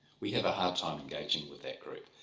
we have a hard time engaging with that group.